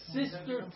sister